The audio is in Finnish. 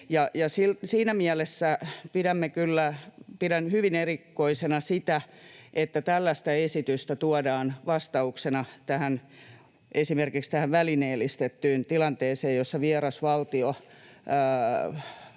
Siinä mielessä pidän hyvin erikoisena sitä, että tällaista esitystä tuodaan vastauksena esimerkiksi tähän välineellistettyyn tilanteeseen, jossa vieras valtio